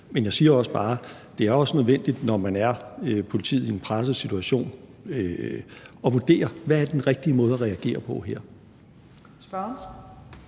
Men jeg siger også bare, at det også er nødvendigt, når man er politiet i en presset situation, at vurdere: Hvad er den rigtige måde at reagere på her?